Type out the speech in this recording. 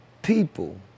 People